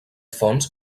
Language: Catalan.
fons